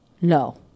No